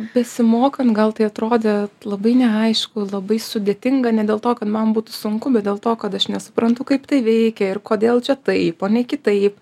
besimokant gal tai atrodė labai neaišku labai sudėtinga ne dėl to kad man būtų sunku bet dėl to kad aš nesuprantu kaip tai veikia ir kodėl čia taip o ne kitaip